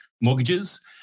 mortgages